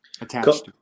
attached